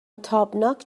تابناک